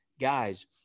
guys